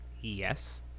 Yes